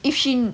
if she